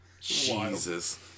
Jesus